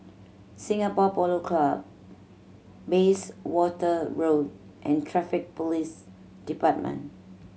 Singapore Polo Club Bayswater Road and Traffic Police Department